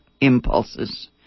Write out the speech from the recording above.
impulses